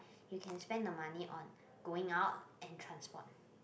you can spend the money on going out and transport